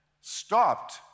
stopped